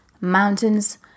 mountains